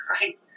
right